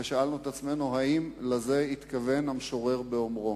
ושאלנו את עצמנו אם לזה התכוון המשורר באומרו